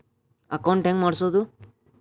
Account ಹೆಂಗ್ ಮಾಡ್ಸೋದು?